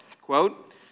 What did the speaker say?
quote